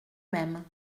même